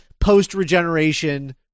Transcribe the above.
post-regeneration